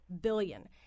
billion